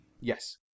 Yes